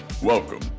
Welcome